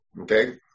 Okay